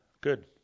Good